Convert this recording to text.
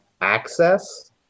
access